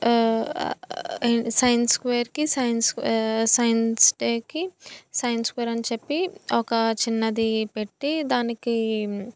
science ఫేర్కి science science డేకి science fair అని చెప్పి ఒక చిన్నది పెట్టె దానికి